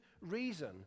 reason